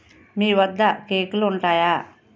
మీవద్ద కేకులు ఉంటాయా